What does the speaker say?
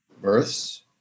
births